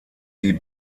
die